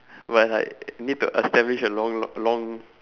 but like need to establish a long l~ long